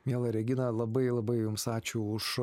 miela regina labai labai jums ačiū už